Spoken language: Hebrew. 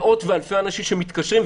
מאות ואלפי אנשים שמתקשרים,